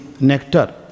nectar